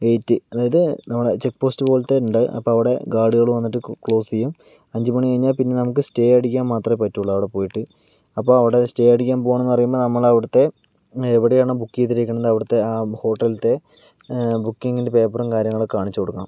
wait അതായത് നമ്മുടെ check post പോലത്തെ ഉണ്ട് അപ്പൊൾ അവിടെ ഗാർഡുകൾ വന്നിട്ട് ക്ലോസ് ചെയ്യും അഞ്ച് മണികഴിഞ്ഞാൽ പിന്നെ നമുക്ക് സ്റ്റേ അടിക്കാൻ മാത്രേ പറ്റു അവിടെ പോയിട്ട് അപ്പോൾ അവിടെ സ്റ്റേ അടിക്കാൻ പോകുവാണ് എന്ന് പറയുമ്പോൾ നമ്മൾ അവിടുത്തെ എവിടെയാണ് ബുക്ക് ചെയ്തിരിക്കുന്നെ അവിടുത്തെ ആ ഹോട്ടലിലത്തെ ബുക്കിങിൻ്റെ പേപ്പറും കാര്യങ്ങളും ഒക്കെ കാണിച്ച് കൊടുക്കണം